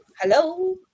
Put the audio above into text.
Hello